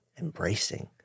embracing